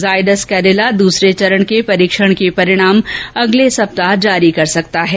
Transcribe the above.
जायडस कैडिला दूसरे चरण के परीक्षण के परिणाम अगले सप्ताह जारी कर सकता है